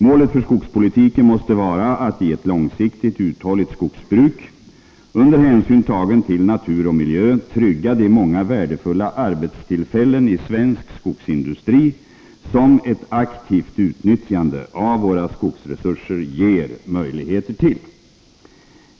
Målet för skogspolitiken måste vara att i ett långsiktigt, uthålligt skogsbruk, under hänsyn tagen till natur och miljö, trygga de många värdefulla arbetstillfällen i svensk skogsindustri som ett aktivt utnyttjande av våra skogsresurser ger möjligheter till.